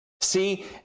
See